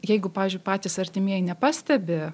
jeigu pavyzdžiui patys artimieji nepastebi